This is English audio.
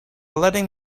letting